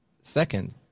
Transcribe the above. second